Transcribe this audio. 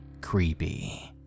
creepy